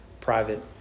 private